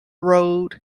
road